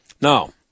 Now